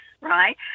right